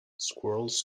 squirrels